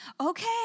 Okay